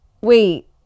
Wait